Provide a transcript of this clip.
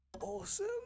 awesome